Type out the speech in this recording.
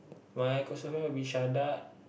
my closest friend would be Shadad